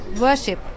worship